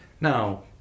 Now